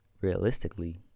realistically